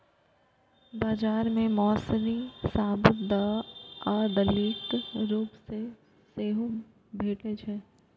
बाजार मे मौसरी साबूत आ दालिक रूप मे सेहो भैटे छै